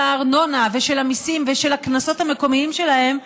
הארנונה ושל המיסים ושל הקנסות המקומיים שלהן,